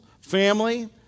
family